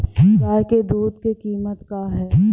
गाय क दूध क कीमत का हैं?